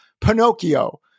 Pinocchio